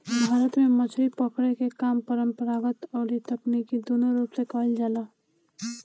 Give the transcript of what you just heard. भारत में मछरी पकड़े के काम परंपरागत अउरी तकनीकी दूनो रूप से कईल जाला